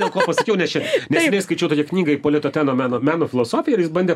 dėl ko pasakiau nes čia neseniai skaičiau tokią knygą ipolitoteno meno meno filosofija ir jis bandė